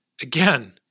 Again